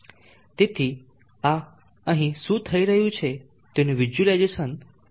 તેથી આ અહીં શું થઈ રહ્યું છે તેનું વિઝ્યુલાઇઝેશન થશે